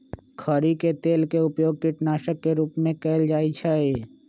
खरी के तेल के उपयोग कीटनाशक के रूप में कएल जाइ छइ